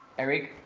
eric,